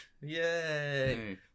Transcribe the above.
Yay